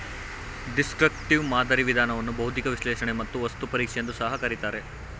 destructive ಮಾದರಿ ವಿಧಾನವನ್ನು ಬೌದ್ಧಿಕ ವಿಶ್ಲೇಷಣೆ ಮತ್ತು ವಸ್ತು ಪರೀಕ್ಷೆ ಎಂದು ಸಹ ಕರಿತಾರೆ